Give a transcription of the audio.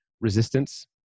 resistance